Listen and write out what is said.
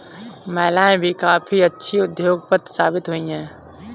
महिलाएं भी काफी अच्छी उद्योगपति साबित हुई हैं